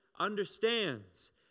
understands